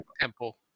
Temple